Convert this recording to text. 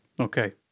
Okay